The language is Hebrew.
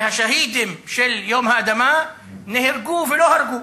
השהידים של יום האדמה נהרגו ולא הרגו.